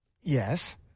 Yes